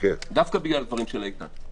דווקא בגלל הדברים של איתן.